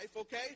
okay